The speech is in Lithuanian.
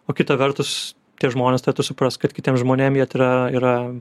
o kita vertus tie žmonės turėtų suprast kad kitiem žmonėm jiet yra yra